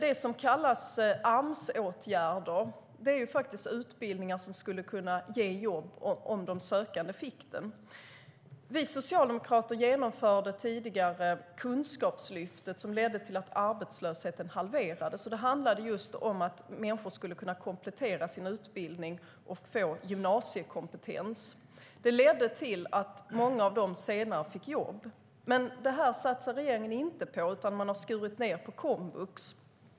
Det som kallas Amsåtgärder är utbildningar som skulle kunna ge jobb om de sökande fick gå dem. Vi socialdemokrater genomförde tidigare Kunskapslyftet, som ledde till att arbetslösheten halverades. Det handlade om att människor skulle kunna komplettera sin utbildning och få gymnasiekompetens. Det ledde till att många fick senare ett jobb. Men det här satsar regeringen inte på, utan man har skurit ned på komvux.